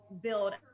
build